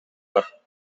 бар